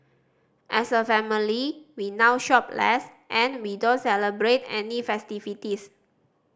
as a family we now shop less and we don't celebrate any festivities